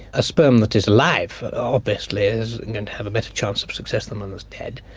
a sperm that is alive, obviously, is going to have a better chance of success than one that's dead.